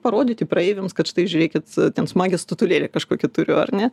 parodyti praeiviams kad štai žiūrėkit ten smagią statulėlę kažkokią turiu ar ne